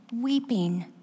weeping